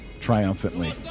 triumphantly